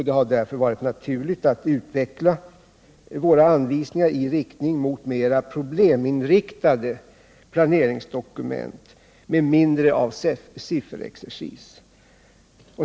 Det har därför varit naturligt att utveckla våra anvisningar i riktning mot mera probleminriktade planeringsdokument med mindre av sifferexercis.